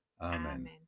Amen